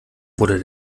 wurde